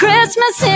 Christmas